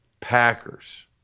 Packers